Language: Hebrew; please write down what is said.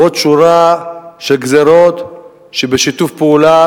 ועוד שורה של גזירות שבשיתוף פעולה